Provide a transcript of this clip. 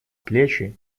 плечи